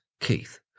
Keith